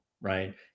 right